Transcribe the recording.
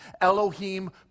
Elohim